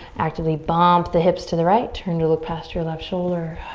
actively bump the hips to the right. turn to look past your left shoulder.